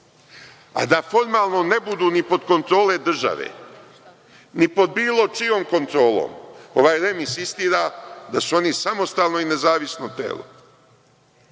a da formalno ne budu ni pod kontrolom države, ni pod bilo čijom kontrolom. Ovaj REM insistira da su oni samostalno i nezavisno telo.